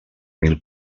mil